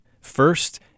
First